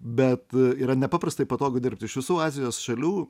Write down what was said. bet yra nepaprastai patogu dirbti iš visų azijos šalių